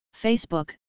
Facebook